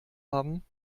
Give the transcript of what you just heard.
haben